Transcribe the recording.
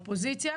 באופוזיציה,